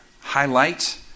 highlight